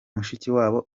mushikiwabo